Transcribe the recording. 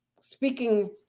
speaking